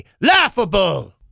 laughable